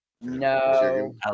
no